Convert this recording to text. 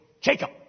Jacob